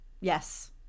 Yes